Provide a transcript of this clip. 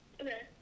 Okay